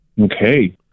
okay